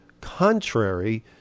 contrary